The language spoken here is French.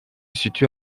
situe